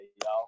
y'all